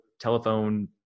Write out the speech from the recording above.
telephone